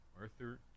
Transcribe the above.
Arthur